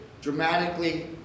dramatically